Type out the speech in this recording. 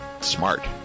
smart